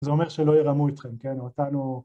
זה אומר שלא ירמו אתכם, כן? אותנו...